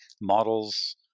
models